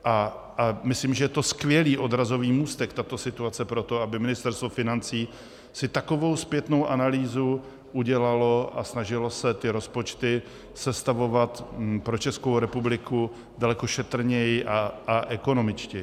A myslím, že je to skvělý odrazový můstek, tato situace, pro to, aby si Ministerstvo financí takovou zpětnou analýzu udělalo a snažilo se rozpočty sestavovat pro Českou republiku daleko šetrněji a ekonomičtěji.